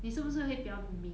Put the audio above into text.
你是不是会比较美